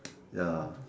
ya